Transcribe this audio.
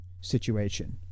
situation